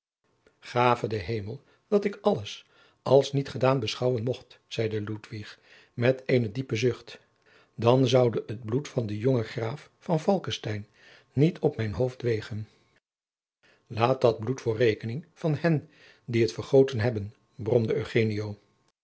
gave de hemel dat ik alles als niet gedaan beschouwen mocht zeide ludwig met een diepen zucht dan zoude het bloed van den jongen graaf van falckestein niet op mijn hoofd wegen laat dat bloed voor rekening van hen die het vergoten hebben bromde